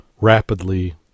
rapidly